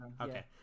okay